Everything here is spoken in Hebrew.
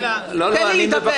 תן לי לדבר.